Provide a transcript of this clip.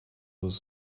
was